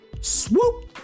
Swoop